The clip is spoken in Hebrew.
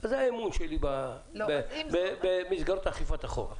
אז זה האמון שלי במסגרות אכיפת החוק.